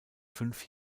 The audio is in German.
fünf